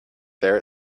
there